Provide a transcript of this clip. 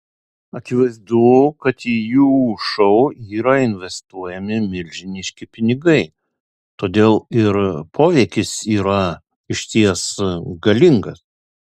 akivaizdu kad į jų šou yra investuojami milžiniški pinigai todėl ir poveikis yra išties galingas